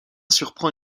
surprend